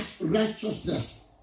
righteousness